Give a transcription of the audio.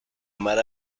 amar